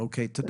תודה רבה.